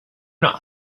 not